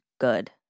good